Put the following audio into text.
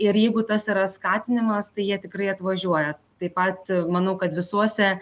ir jeigu tas yra skatinimas tai jie tikrai atvažiuoja taip pat manau kad visuose